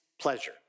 pleasure